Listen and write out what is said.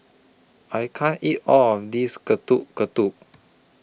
I can't eat All of This Getuk Getuk